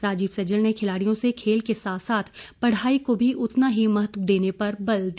राजीव सहजल ने खिलाड़ियों से खेल के साथ साथ पढ़ाई को भी उतना ही महत्व देने पर बल दिया